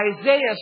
Isaiah